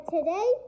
Today